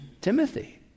Timothy